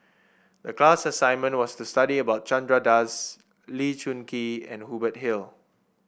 a class assignment was to study about Chandra Das Lee Choon Kee and Hubert Hill